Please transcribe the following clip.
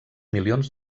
milions